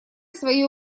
свое